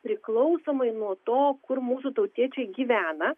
priklausomai nuo to kur mūsų tautiečiai gyvena